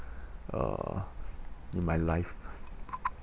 uh in my life